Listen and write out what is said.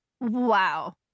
Wow